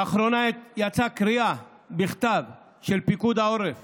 לאחרונה אף יצאה קריאה בכתב של פיקוד העורף